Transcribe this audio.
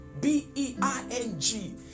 B-E-I-N-G